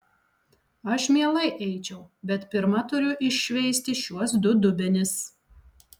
aš mielai eičiau bet pirma turiu iššveisti šiuos du dubenis